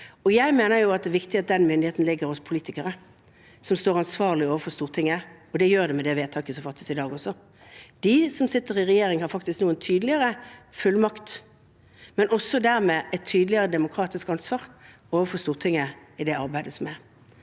Jeg mener det er viktig at den myndigheten ligger hos politikere som står ansvarlig overfor Stortinget, og det gjør det med det vedtaket som fattes i dag også. De som sitter i regjering, har faktisk nå en tydeligere fullmakt, men også dermed et tydeligere demokratisk ansvar overfor Stortinget i det arbeidet.